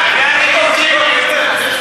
שאלה לגיטימית.